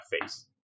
face